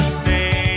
stay